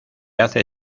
hace